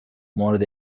مورد